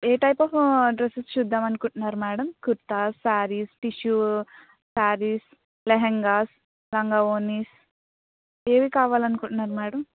A type of dresses చూద్దాం అనుకుంటున్నారు madam kurtas saris tissue saris lehengas langa vonis ఏది కావాలనుకుంటున్నారు మేడం